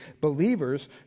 believers